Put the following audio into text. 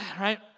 right